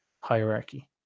hierarchy